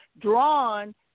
drawn